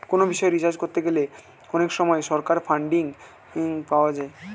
কোনো বিষয়ে রিসার্চ করতে গেলে অনেক সময় সরকার থেকে ফান্ডিং পাওয়া যায়